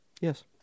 Yes